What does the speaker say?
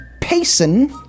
Payson